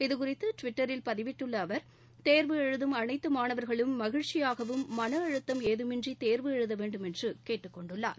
இதுகுறித்து டுவிட்டரில் பதிவிட்டுள்ள அவர் தேர்வு எழுதும் அனைத்து மாணவர்களும் மகிழ்ச்சியாகவும் அழுத்தம் ஏதுமின்றி தேர்வு எழுத வேண்டுமென்று கேட்டுக்கொண்டுள்ளார்